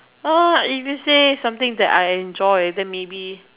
uh if you say something that I enjoy then maybe